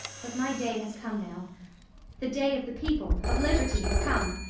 but my day has come now the day of the people, of liberty, has come!